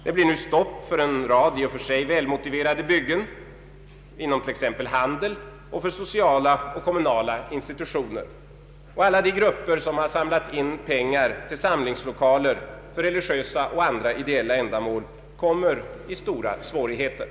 Det blir nu stopp för en rad i och för sig välmotiverade byggen inom t.ex. handel och för sociala och kommunala institutioner. Vidare kommer alla de grupper som samlat in pengar till samlingslokaler för religiösa och andra ideella ändamål att få stora svårigheter.